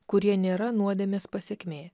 kurie nėra nuodėmės pasekmė